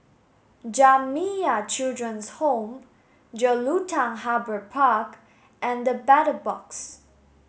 Jamiyah Children's Home Jelutung Harbour Park and The Battle Box